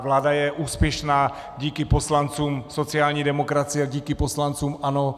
Vláda je úspěšná díky poslancům sociální demokracie, díky poslancům ANO.